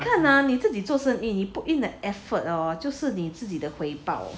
你看啊你自己做生意 you put in the effort hor 就是你自己的回报